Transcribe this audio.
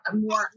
more